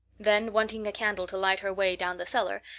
then, wanting a candle to light her way down the cellar,